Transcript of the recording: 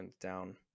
down